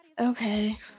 Okay